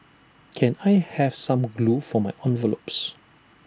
can I have some glue for my envelopes